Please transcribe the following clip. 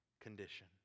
condition